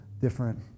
different